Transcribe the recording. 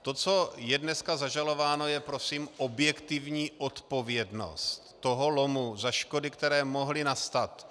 To, co je dnes zažalováno, je prosím objektivní odpovědnost toho lomu za škody, které mohly nastat.